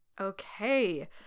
Okay